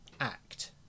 act